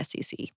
SEC